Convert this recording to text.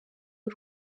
w’u